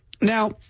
Now